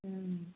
ह्म्म